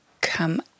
come